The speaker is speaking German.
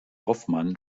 hoffmann